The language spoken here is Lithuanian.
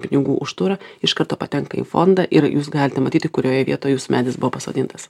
pinigų už turą iš karto patenka į fondą ir jūs galite matyti kurioje vietoje jūsų medis buvo pasodintas